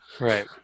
right